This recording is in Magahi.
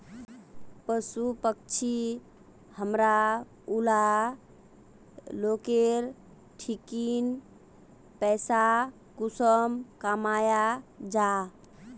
पशु पक्षी हमरा ऊला लोकेर ठिकिन पैसा कुंसम कमाया जा?